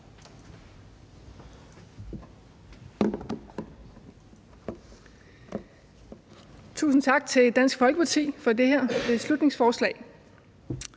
Tusind tak til Dansk Folkeparti for det her beslutningsforslag.